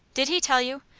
did he tell you?